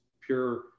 pure